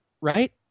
right